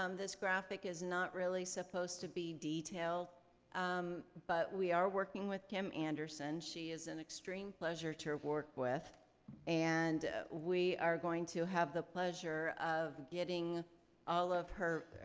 um this graphic is not really supposed to be detailed um but we are working with kim anderson. she is an extreme pleasure to work with and we are going to have the pleasure of getting all of her,